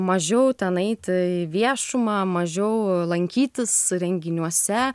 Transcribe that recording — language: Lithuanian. mažiau ten eiti į viešumą mažiau lankytis renginiuose